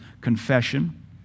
confession